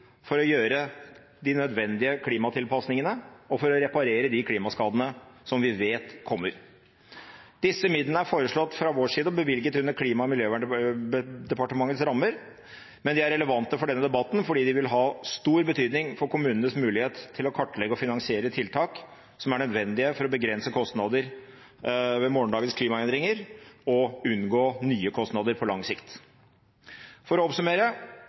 for å gjøre de nødvendige klimatilpasningene, og for å reparere de klimaskadene som vi vet kommer. Disse midlene er fra vår side foreslått bevilget under Klima- og miljøverndepartementets rammer, men de er relevante for denne debatten fordi de vil ha stor betydning for kommunenes mulighet til å kartlegge og finansiere tiltak som er nødvendige for å begrense kostnader ved morgendagens klimaendringer og unngå nye kostnader på lang sikt. For å oppsummere: